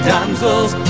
Damsels